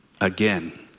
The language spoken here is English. again